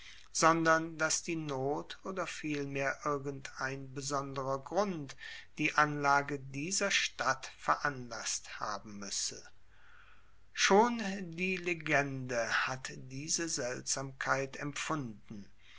sondern dass die not oder vielmehr irgendein besonderer grund die anlage dieser stadt veranlasst haben muesse schon die legende hat diese seltsamkeit empfunden